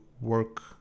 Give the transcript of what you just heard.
work